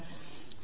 योग्य उत्तर आहे